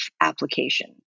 application